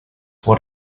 what